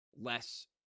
less –